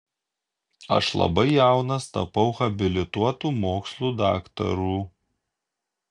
aš labai jaunas tapau habilituotu mokslų daktaru